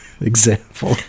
Example